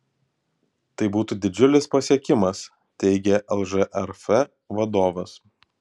tai būtų didžiulis pasiekimas teigė lžrf vadovas